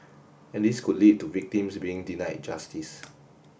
and this could lead to victims being denied justice